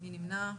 מי נמנע?